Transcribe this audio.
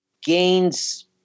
gains